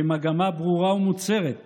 במגמה ברורה ומוצהרת